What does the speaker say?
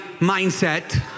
mindset